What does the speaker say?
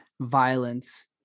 violence